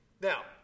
Now